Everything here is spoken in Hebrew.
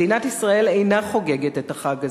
מדינת ישראל אינה חוגגת את החג הזה.